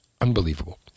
Unbelievable